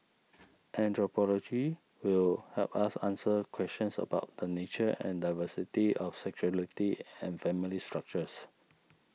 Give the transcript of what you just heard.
anthropology will help us answer questions about the nature and diversity of sexuality and family structures